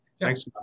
Thanks